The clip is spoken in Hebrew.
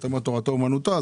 שיש את תורתו אומנותו,